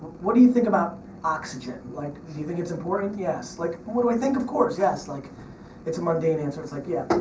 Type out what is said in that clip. what do you think about oxygen, like do you think it's important? yes. like what do i think? of course, yes. like it's a mundane answer, it's like yeah.